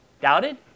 doubted